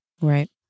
Right